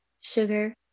sugar